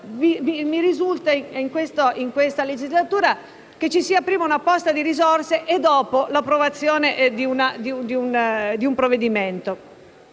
prima volta in questa legislatura che ci sia prima una posta di risorse e dopo l'approvazione di un provvedimento.